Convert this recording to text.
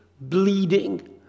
bleeding